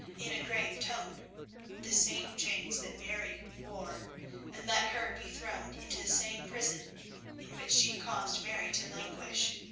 in a grave tone the same chains that mary wore and let her be thrown into the same prison in which she caused mary to languish.